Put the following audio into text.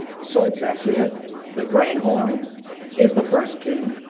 so it says here the great horn is the first king,